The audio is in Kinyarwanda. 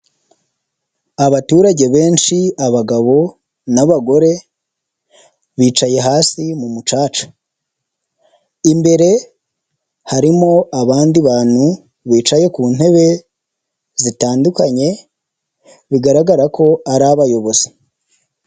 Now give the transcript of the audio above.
Abaturage benshi abagabo n'abagore bicaye hasi mu mucaca, imbere harimo abandi bantu bicaye ku ntebe zitandukanye, bigaragara ko ari abayobozi.